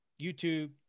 YouTube